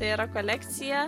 tai yra kolekcija